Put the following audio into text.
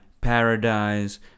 paradise